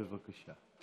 בבקשה.